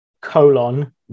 colon